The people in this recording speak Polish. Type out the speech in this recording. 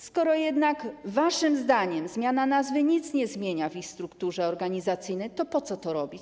Skoro jednak waszym zdaniem zmiana nazwy nic nie zmienia w ich strukturze organizacyjnej, to po co to robić?